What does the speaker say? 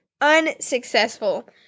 unsuccessful